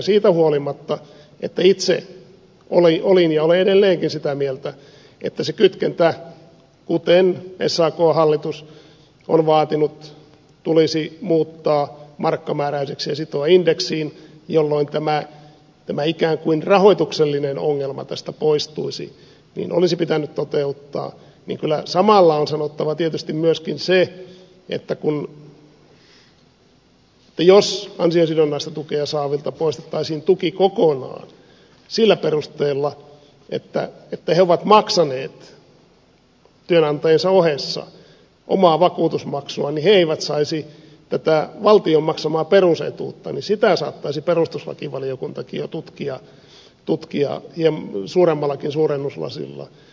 siitä huolimatta että itse olin ja olen edelleenkin sitä mieltä että se kytkentä kuten sakn hallitus on vaatinut tulisi muuttaa markkamääräiseksi ja sitoa indeksiin jolloin tämä ikään kuin rahoituksellinen ongelma tästä poistuisi olisi pitänyt toteuttaa niin kyllä samalla on sanottava tietysti myöskin se että jos ansiosidonnaista tukea saavilta poistettaisiin tuki kokonaan sillä perusteella että he ovat maksaneet työnantajiensa ohessa omaa vakuutusmaksuaan eivätkä he saisi tätä valtion maksamaa perusetuutta niin sitä saattaisi perustuslakivaliokuntakin jo tutkia suuremmallakin suurennuslasilla